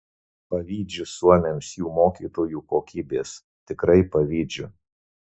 pavydžiu suomiams jų mokytojų kokybės tikrai pavydžiu